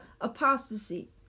apostasy